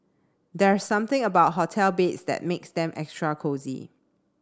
there's something about hotel beds that makes them extra cosy